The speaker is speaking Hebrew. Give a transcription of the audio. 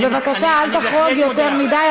אז בבקשה, אל תחרוג יותר מדי.